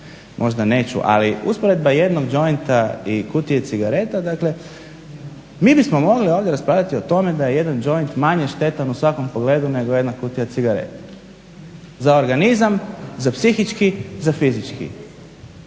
možda neću ali usporedba jednog džointa i kutije cigareta dakle, mi bi smo mogli ovdje raspravljati o tome da je jedan joint manje štetan u svakom pogledu nego jedna kutija cigareta, za organizam, za psihički, za fizički